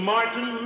Martin